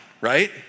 right